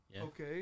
Okay